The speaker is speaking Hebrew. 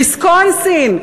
ויסקונסין,